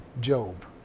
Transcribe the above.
Job